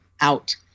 out